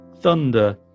thunder